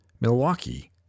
Milwaukee